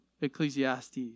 Ecclesiastes